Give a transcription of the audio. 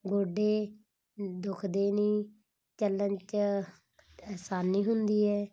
ਗੋਡੇ ਦੁਖਦੇ ਨਹੀਂ ਚਲਣ 'ਚ ਆਸਾਨੀ ਹੁੰਦੀ ਹੈ